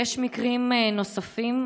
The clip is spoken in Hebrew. יש מקרים נוספים,